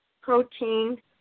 protein